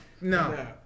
No